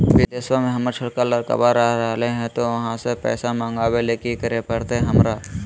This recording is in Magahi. बिदेशवा में हमर छोटका लडकवा रहे हय तो वहाँ से पैसा मगाबे ले कि करे परते हमरा?